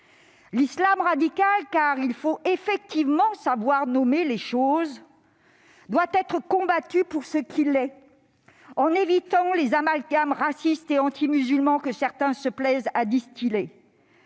L'islam radical, car il faut effectivement savoir nommer les choses, doit être combattu pour ce qu'il est, en évitant les amalgames racistes et antimusulmans que certains se plaisent à distiller.